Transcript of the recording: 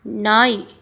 நாய்